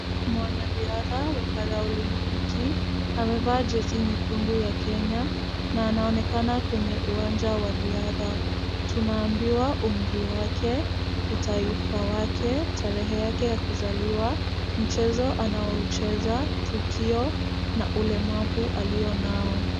Mwanariadha wa paraolimpiki, amevaa jezi nyekundu ya Kenya na anaonekana kwenye uwanja wa riadha. Tunambiwa umri wake, utaifa wake, tarehe yake ya kuzaliwa, mchezo anaoucheza, tukio na ulemavu alionao.